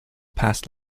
passed